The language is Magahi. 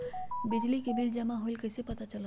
बिजली के बिल जमा होईल ई कैसे पता चलतै?